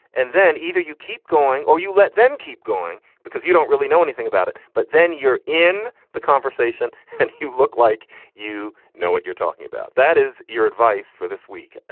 and then either you keep going or you let them keep going because you don't really know anything about it. but then you're in the conversation and you look like you know what you're talking about. that is your advice for this week. ah